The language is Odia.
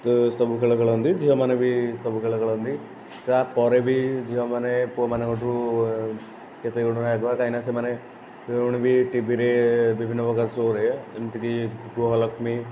ସବୁ ଖେଳ ଖେଳନ୍ତି ଝିଅ ମାନେ ଭି ସବୁ ଖେଳ ଖେଳନ୍ତି ତାପରେ ବି ଝିଅ ମାନେ ପୁଅ ମାନଙ୍କଠୁ କେତେ ଗୁଣରେ ଆଗୁଆ କାହିଁକିନା ସେମାନେ ଟିଭିରେ ବିଭିନ୍ନ ପ୍ରକାର ଶୋରେ ଯେମିତିକି ଗୃହଲକ୍ଷ୍ମୀ